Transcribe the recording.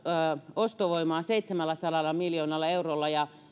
ostovoimaa seitsemälläsadalla miljoonalla eurolla ja